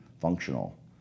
functional